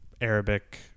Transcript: Arabic